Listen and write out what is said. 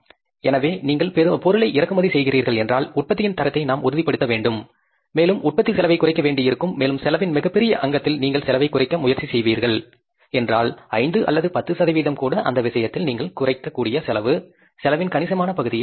எனவே நீங்கள் பொருளை இறக்குமதி செய்கிறீர்கள் என்றால் உற்பத்தியின் தரத்தை நாம் உறுதிப்படுத்த வேண்டும் மேலும் உற்பத்திச் செலவைக் குறைக்க வேண்டியிருக்கும் மேலும் செலவின் மிகப்பெரிய அங்கத்தில் நீங்கள் செலவை குறைக்க முயற்சி செய்கிறீர்கள் என்றால் 5 அல்லது 10 சதவிகிதம் கூடஅந்த விஷயத்தில் நீங்கள் குறைக்கக்கூடிய செலவு செலவின் கணிசமான பகுதியை குறைக்கும்